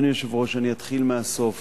אדוני היושב-ראש, אני אתחיל מהסוף.